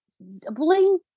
Bling